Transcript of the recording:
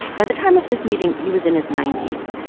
by the time of this meeting, he was in his ninety s,